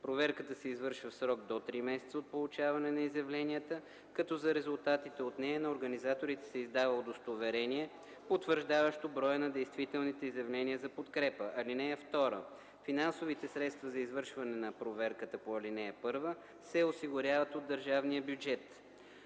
Проверката се извършва в срок до три месеца от получаване на изявленията, като за резултатите от нея на организаторите се издава удостоверение, потвърждаващо броя на действителните изявления за подкрепа. (2) Финансовите средства за извършване на проверката по ал. 1 се осигуряват от държавния бюджет.